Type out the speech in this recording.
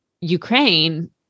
Ukraine